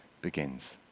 Begins